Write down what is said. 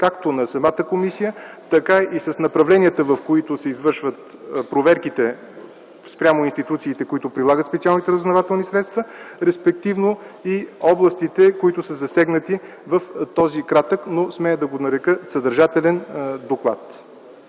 както на самата комисия, така и с направленията, в които се извършват проверките спрямо институциите, които прилагат специалните разузнавателни средства, респективно и областите, които са засегнати в този кратък, но смея да го нарека съдържателен доклад.